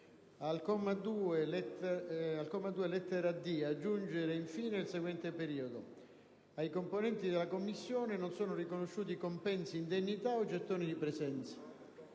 Al comma 2, lettera d), aggiungere in fine il seguente periodo: «Ai componenti della commissione non sono riconosciuti compensi, indennità o gettoni di presenza».